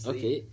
Okay